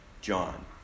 John